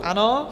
Ano.